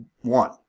one